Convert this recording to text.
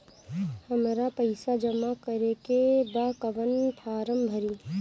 हमरा पइसा जमा करेके बा कवन फारम भरी?